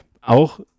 auch